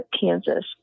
Kansas